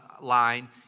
line